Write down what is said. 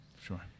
Sure